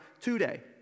today